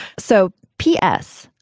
so p s,